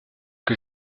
que